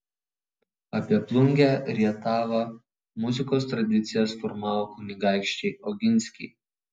apie plungę rietavą muzikos tradicijas formavo kunigaikščiai oginskiai